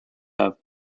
have